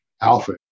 alpha